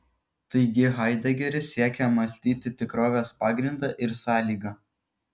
taigi haidegeris siekia mąstyti tikrovės pagrindą ir sąlygą